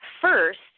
First